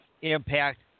Impact